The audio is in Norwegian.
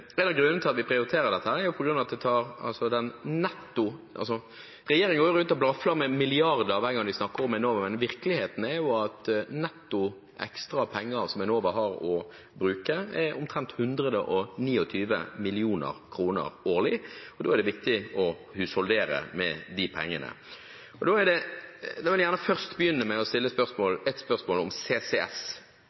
En av grunnene til at vi prioriterer dette, er at regjeringen går rundt og blafrer med milliarder hver gang de snakker om Enova, men virkeligheten er at ekstra penger som Enova har å bruke, netto, er omtrent 129 mill. kr årlig. Og da er det viktig å husholdere med de pengene. Da vil jeg gjerne først begynne med å stille et spørsmål om CCS.